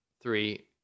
three